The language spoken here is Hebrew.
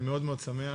אני מאוד מאוד שמח,